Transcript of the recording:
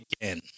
again